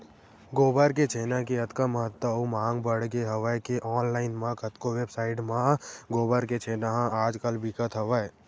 गोबर के छेना के अतका महत्ता अउ मांग बड़गे हवय के ऑनलाइन म कतको वेबसाइड म गोबर के छेना ह आज कल बिकत हवय